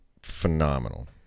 phenomenal